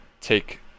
take